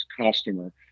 customer